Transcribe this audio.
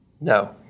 No